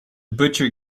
butcher